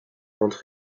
ventes